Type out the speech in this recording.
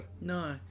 No